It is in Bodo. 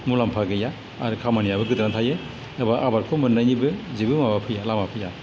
मुलाम्फा गैया आरो खामानियाबो गोदोनानै थायो एबा आबादखौ मोननायनिबो जेबो माबा फैया लामा फैया